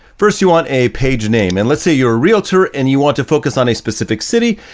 first, you want a page name and let's say you're a realtor and you want to focus on a specific city.